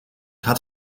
had